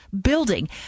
building